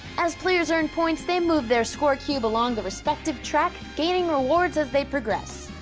as players earn points, they move their score cube along the respective track, gaining rewards as they progress.